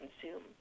consume